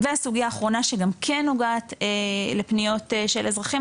והסוגייה האחרונה שגם כן נוגעת לפניות של אזרחים,